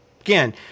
Again